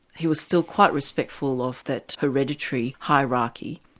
he was still quite respectful of that hereditary hierarchy.